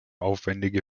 aufwändige